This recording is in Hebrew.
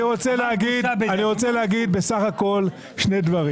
אני רוצה להגיד בסך הכול שני דברים.